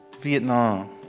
Vietnam